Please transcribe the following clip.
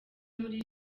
muri